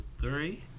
three